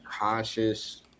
conscious